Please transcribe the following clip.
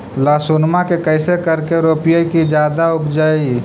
लहसूनमा के कैसे करके रोपीय की जादा उपजई?